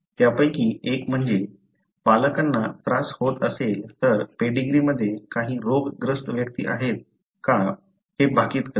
त्यापैकी एक म्हणजे पालकांना त्रास होत असेल तर पेडीग्रीमध्ये काही रोगग्रस्त व्यक्ती आहेत का हे भाकित करणे